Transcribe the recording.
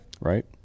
Right